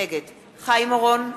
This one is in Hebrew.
נגד חיים אורון,